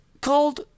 called